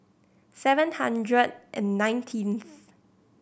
seven hundred and nineteenth